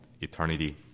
eternity